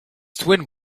twin